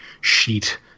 sheet